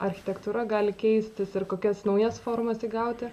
architektūra gali keistis ir kokias naujas formas įgauti